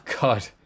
God